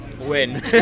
win